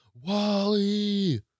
Wally